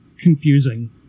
confusing